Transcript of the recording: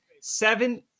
seven